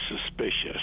suspicious